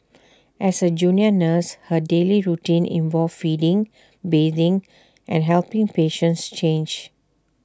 as A junior nurse her daily routine involved feeding bathing and helping patients change